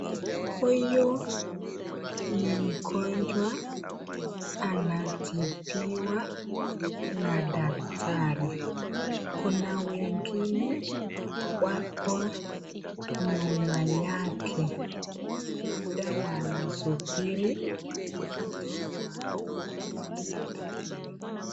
Huyu ni mgonjwa anatibiwa na daktari. Kuna wengine wako nyuma yake labda wanasubiri pia watibiwe.